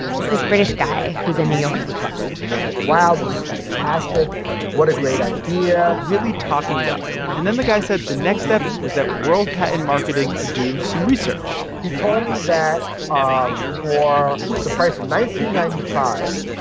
it's this british guy who's in new york and he was like, wow, this is fantastic what a great idea really talking it up, and then the guy said the next step was that world patent marketing could do some research he told me that ah for the price of nineteen ninety-five,